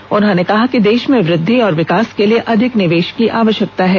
प्रधानमंत्री ने कहा कि देश में वृद्वि और विकास के लिए अधिक निवेश की आवश्यकता है